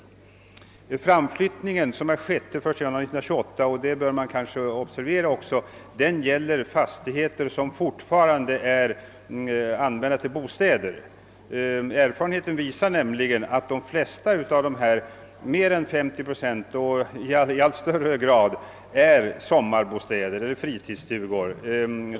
Framflyttningen till den 1 januari 1928 — det torde kanske observeras — gäller fastigheter som fortfarande används som bostäder. Erfarenheterna visar nämligen att de flesta, mer än 50 procent, är sommarbostäder eller fritidsstugor.